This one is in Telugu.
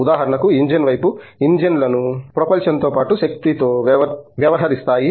ఉదాహరణకు ఇంజిన్ వైపు ఇంజిన్లు ప్రొపల్షన్ తో పాటు శక్తితో వ్యవరిస్తాయి